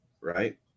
right